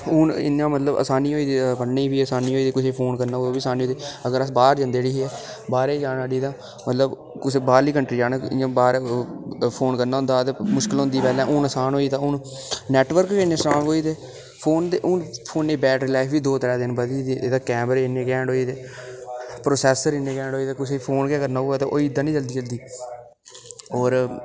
हू'न इं'या मतलब आसानी होई दी पढ़ने बी असानी होई दी कुसै फोन करना होऐ ओह्बी असानी होई दी अगर अस बाह्र जंदे उठी हे बाह्रै ई जाना उठी ते कुसै बाह्रली कंट्री जाना मतलब बाह्र कुदै फोन करना होंदा हा ते मुश्कल होंदी ते हू'न असान होई दा नेटवर्क गै इन्ने स्ट्रांग होई दे फोन दे हू'न फोनै दी बैटरी लाईफ बी दौं त्रैऽ दिन बधी दी एह्दे कैमरे इ'न्ने न्ट होई दे प्रोसेसर इ'न्ने कैंन्ट होई दे ते फोन गै करना होऐ ना होई दा निं जल्दी जल्दी होर